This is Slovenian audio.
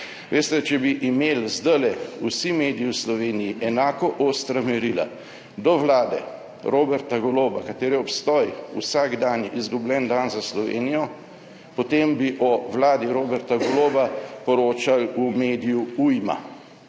Veste, če bi imeli zdajle vsi mediji v Sloveniji enako ostra merila do vlade Roberta Goloba, katere vsak dan obstoja je izgubljen dan za Slovenijo, potem bi o vladi Roberta Goloba poročali v mediju Ujma.